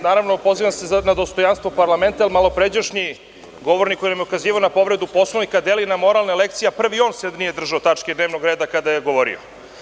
Naravno, pozivam se na dostojanstvo parlamenta, jer nam malopređašnji govornik koji nam je ukazivao na povredu Poslovnik deli moralne lekcije, a prvi on se nije držao tačke dnevnog reda kada je govorio.